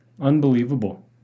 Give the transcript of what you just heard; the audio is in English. unbelievable